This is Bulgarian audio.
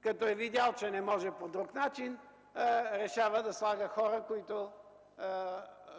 Като е видял, че не може по друг начин, решава да слага хора, които